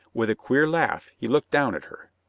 with a queer laugh he looked down at her.